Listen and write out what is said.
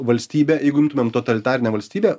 valstybė jeigu imtumėm totalitarinę valstybę